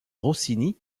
rossini